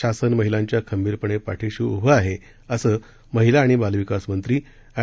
शासन महिलांच्या खंबीरपणे पाठीशी उभे आहे असं महिला आणि बालविकास मंत्री एंड